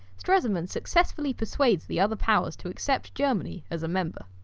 stresemann successfully persuades the other powers to accept germany as a member.